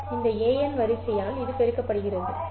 இந்த an வரிசையால் இது பெருக்கப்படுகிறது சரி